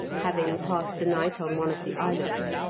having passed the night on one of the islets,